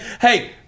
Hey